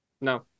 No